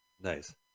Nice